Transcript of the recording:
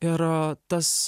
ir tas